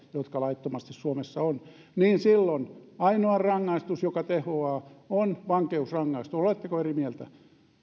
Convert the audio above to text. jotka laittomasti suomessa ovat eivät varmaan mitään maksa niin silloin ainoa rangaistus joka tehoaa on vankeusrangaistus oletteko eri mieltä